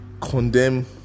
condemn